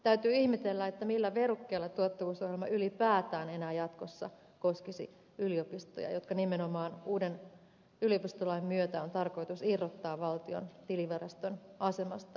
täytyy ihmetellä millä verukkeella tuottavuusohjelma ylipäätään enää jatkossa koskisi yliopistoja jotka nimenomaan uuden yliopistolain myötä on tarkoitus irrottaa valtion tiliviraston asemasta